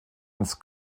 ins